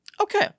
okay